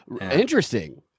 Interesting